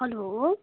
hello